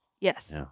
Yes